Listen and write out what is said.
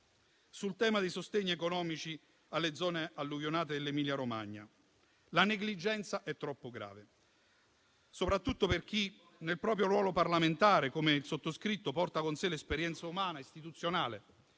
sul tema dei sostegni economici alle zone alluvionate dell'Emilia-Romagna, la negligenza è troppo grave per non essere denunciata, soprattutto da chi nel proprio ruolo parlamentare, come il sottoscritto, porta con sé l'esperienza umana ed istituzionale